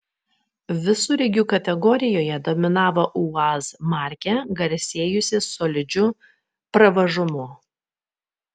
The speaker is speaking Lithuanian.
visureigių kategorijoje dominavo uaz markė garsėjusi solidžiu pravažumu